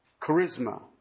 Charisma